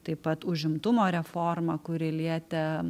taip pat užimtumo reforma kuri lietė